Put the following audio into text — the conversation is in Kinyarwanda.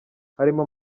harimo